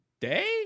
day